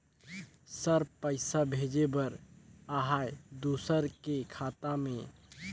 Sir पइसा भेजे बर आहाय दुसर के खाता मे?